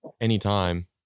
anytime